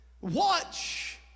Watch